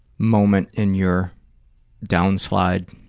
moment in your downslide?